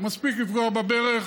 מספיק לפגוע בברך.